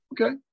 Okay